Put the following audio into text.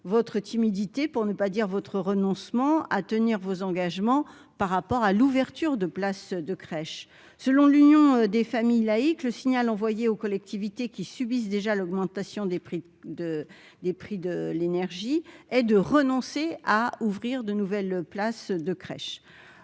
votre timidité pour ne pas dire votre renoncement à tenir vos engagements par rapport à l'ouverture de places de crèches, selon l'Union des familles laïques, le signal envoyé aux collectivités qui subissent déjà l'augmentation des prix de des prix de l'énergie et de renoncer à ouvrir de nouvelles places de crèches